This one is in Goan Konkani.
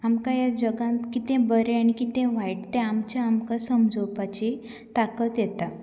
आमकां ह्या जगान कितें बरें आनी कितें वायट आमचें आमकां समजोवपाची ताकत येता